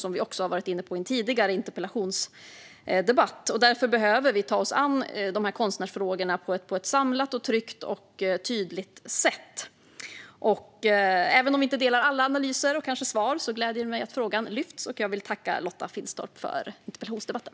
Det har vi varit inne på i en tidigare interpellationsdebatt. Därför behöver vi ta oss an konstnärsfrågorna på ett samlat, tryggt och tydligt sätt. Även om vi inte delar alla analyser och svar gläder det mig att frågan lyfts, och jag vill tacka Lotta Finstorp för interpellationsdebatten.